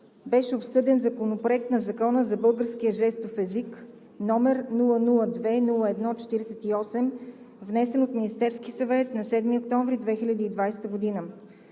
беше обсъден Законопроект за българския жестов език, № 002-01-48, внесен от Министерския съвет на 7 октомври 2020 г.